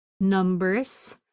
numbers